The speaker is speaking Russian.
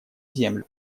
землю